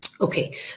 Okay